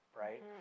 right